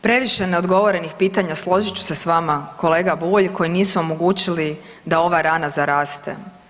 Previše neodgovorenih pitanja složit ću se s vama kolega Bulj koji nisu omogućili da ova rana zaraste.